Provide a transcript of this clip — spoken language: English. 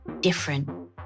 different